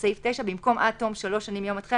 בסעיף 9 במקום 'עד תום שלוש שנים מיום התחילה'